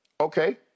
Okay